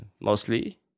mostly